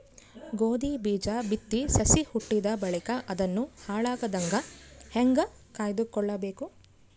ಗೋಧಿ ಬೀಜ ಬಿತ್ತಿ ಸಸಿ ಹುಟ್ಟಿದ ಬಳಿಕ ಅದನ್ನು ಹಾಳಾಗದಂಗ ಹೇಂಗ ಕಾಯ್ದುಕೊಳಬೇಕು?